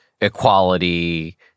equality